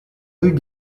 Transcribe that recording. rue